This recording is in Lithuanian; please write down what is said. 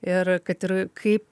ir kad ir kaip